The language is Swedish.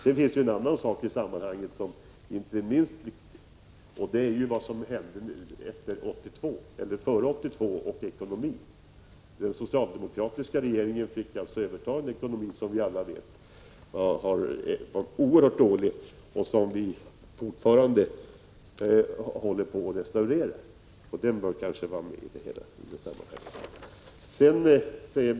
En annan sak som inte är minst viktig i sammanhanget är vad som hände före 1982 med ekonomin. Den socialdemokratiska regeringen fick som vi alla vet överta en ekonomi som var oerhört dålig och som vi fortfarande håller på och restaurerar. Det bör kanske också vara med i sammanhanget.